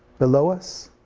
below us,